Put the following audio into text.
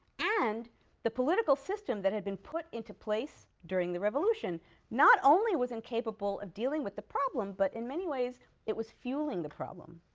and the political system that had been put into place during the revolution not only was incapable of dealing with the problem, but in many ways it was fueling the problem.